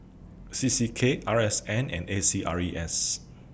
C C K R S N and A C R E S